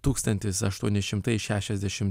tūkstantis aštuoni šimtai šešiasdešim